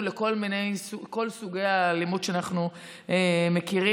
לכל סוגי האלימות שאנחנו מכירים.